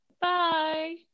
Bye